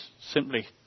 simply